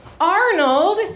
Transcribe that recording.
Arnold